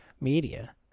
media